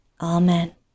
Amen